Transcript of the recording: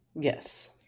Yes